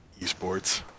esports